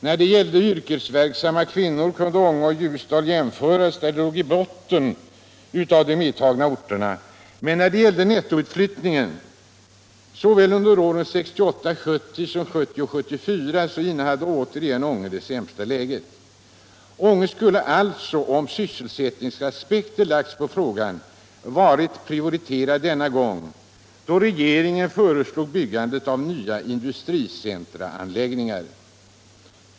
När det gällde yrkesverksamma kvinnor kunde Ånge och Ljusdal jämföras — de båda orterna låg i botten — men då det gällde nettoutflyttningen såväl under åren 1968-1970 som 1971-1974 hade Ånge återigen det sämsta läget. Om sysselsättningsaspekter hade lagts på frågan, skulle alltså Ånge ha varit prioriterat denna gång då regeringen föreslog byggandet av nya industricenteranläggningar.